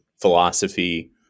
philosophy